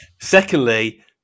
Secondly